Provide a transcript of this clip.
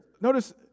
notice